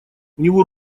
него